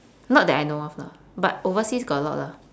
not that I know of lah but overseas got a lot lah